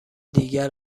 دیگر